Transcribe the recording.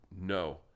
no